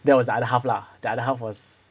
that was the other half lah the other half was